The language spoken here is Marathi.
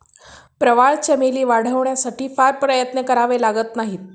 प्रवाळ चमेली वाढवण्यासाठी फार प्रयत्न करावे लागत नाहीत